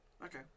Okay